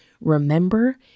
remember